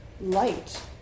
light